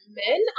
men